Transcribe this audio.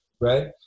right